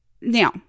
Now